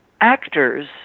actors